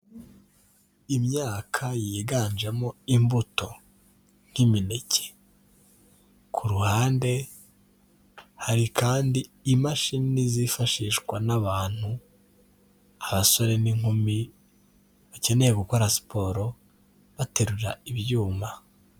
Imyaka yiganjemo imbuto n'imineke. Ku ruhande, hari kandi imashini zifashishwa n'abantu. Abasore n'inkumi, bakeneye gukora siporo, baterura ibyuma.